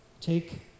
Take